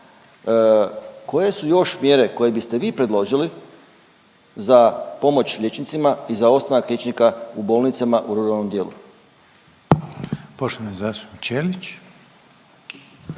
Koje su još mjere koje biste vi predložili za pomoć liječnicima i za ostanak liječnika u bolnicama u ruralnom dijelu? **Reiner, Željko